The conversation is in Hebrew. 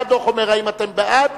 מה הדוח אומר: האם אתם בעד,